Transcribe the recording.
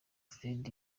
fred